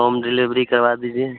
home delivery करवा दीजिए